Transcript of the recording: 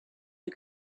you